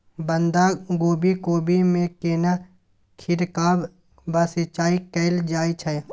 बंधागोभी कोबी मे केना छिरकाव व सिंचाई कैल जाय छै?